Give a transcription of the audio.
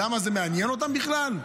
למה, זה מעניין אותם בכלל?